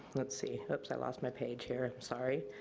let's see, oops, i lost my page here, sorry.